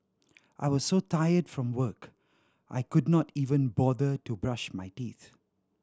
I was so tired from work I could not even bother to brush my teeth